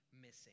missing